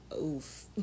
Oof